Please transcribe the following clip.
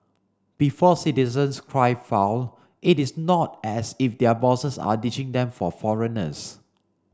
before citizens cry foul it is not as if their bosses are ditching them for foreigners